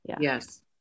Yes